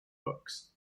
books